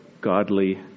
godly